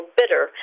bitter